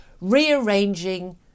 rearranging